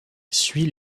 suivit